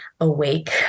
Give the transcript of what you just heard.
awake